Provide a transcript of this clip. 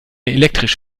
elektrisch